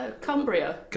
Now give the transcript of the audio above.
Cumbria